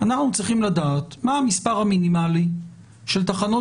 אנחנו צריכים לדעת מה המספר המינימלי של תחנות